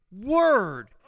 word